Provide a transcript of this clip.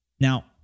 Now